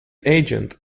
agent